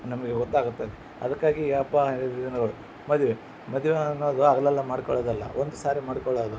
ನಮಗೆ ಗೊತ್ತಾಗುತ್ತೆ ಅದಕ್ಕಾಗಿ ಆ ಹಬ್ಬ ಹರಿದಿನಗಳು ಮದುವೆ ಮದುವೆ ಅನ್ನೋದು ಹಗಲೆಲ್ಲ ಮಾಡ್ಕೊಳೊದಲ್ಲ ಒಂದು ಸಾರಿ ಮಾಡಿಕೊಳ್ಳೋದು